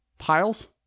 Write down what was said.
piles